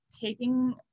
taking